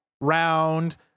round